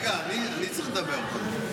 רגע, אני צריך לדבר, קודם כול.